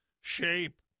shape